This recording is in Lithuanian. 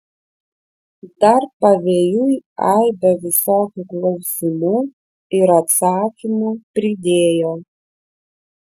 dar pavėjui aibę visokių klausimų ir atsakymų pridėjo